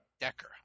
Decker